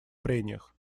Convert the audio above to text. прениях